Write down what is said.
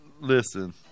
Listen